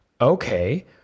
okay